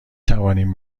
توانیم